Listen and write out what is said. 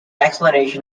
explanation